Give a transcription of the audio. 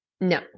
No